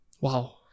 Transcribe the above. wow